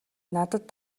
надад